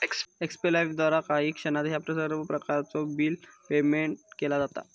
एक्स्पे लाइफद्वारा काही क्षणात ह्या सर्व प्रकारचो बिल पेयमेन्ट केला जाता